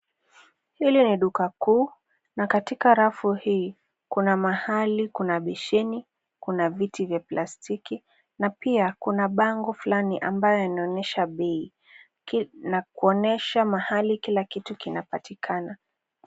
Hili ni duka kuu na katika rafu hii kuna mahali kuna besheni, kuna viti vya plastiki na pia kuna bango fulani ambayo inaonyesha bei na kuonesha mahali kila kitu kinapatikana.